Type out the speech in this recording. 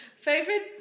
favorite